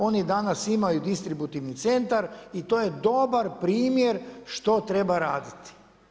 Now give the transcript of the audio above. Oni danas imaju distributivni centar i to je dobar primjer što treba raditi.